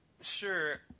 Sure